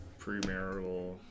Premarital